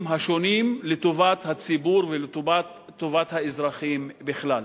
השונים לטובת הציבור ולטובת האזרחים בכלל.